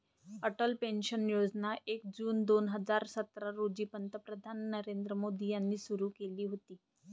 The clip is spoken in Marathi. अटल पेन्शन योजना एक जून दोन हजार सतरा रोजी पंतप्रधान नरेंद्र मोदी यांनी सुरू केली होती